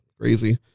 crazy